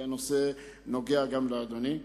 כי הנושא נוגע גם לאדוני,